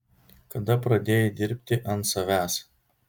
kada pradėjai dirbti ant savęs